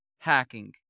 Hacking